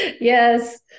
Yes